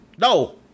No